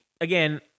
again